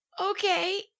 Okay